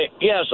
yes